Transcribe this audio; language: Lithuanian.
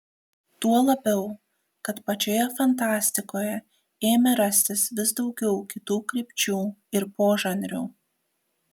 tuo labiau kad pačioje fantastikoje ėmė rastis vis daugiau kitų krypčių ir požanrių